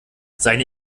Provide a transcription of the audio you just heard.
seine